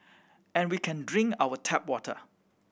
and we can drink our tap water